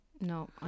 No